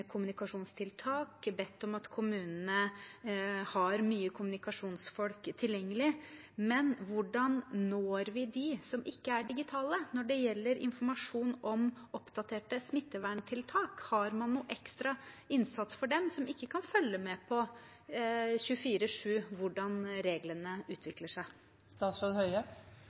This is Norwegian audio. kommunikasjonstiltak, bedt om at kommunene har mange kommunikasjonsfolk tilgjengelig. Men hvordan når vi dem som ikke er digitale når det gjelder informasjon om oppdaterte smitteverntiltak? Har man noen ekstra innsats for dem som ikke kan følge med 24/7 på hvordan reglene utvikler seg?